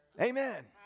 Amen